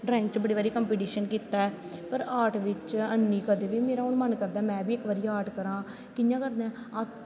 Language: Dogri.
ड्राईंग च बड़े बारी कंपिटीशन कीता ऐ पर आर्ट बिच्च अनी हून मेरा मन करदा में बी इक बारी आर्ट करां कियां करनां ऐ